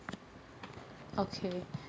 okay